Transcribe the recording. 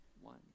One